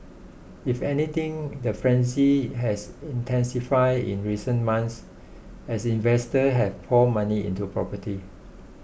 if anything the frenzy has intensified in recent months as investor have poured money into property